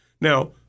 Now